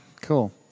Cool